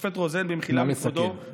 השופט רוזן, במחילה מכבודו, נא לסכם.